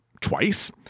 twice